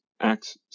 Acts